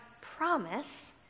promise